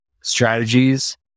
strategies